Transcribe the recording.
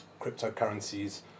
cryptocurrencies